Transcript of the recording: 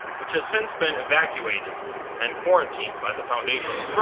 which has since been evacuated and quarantined by the foundation.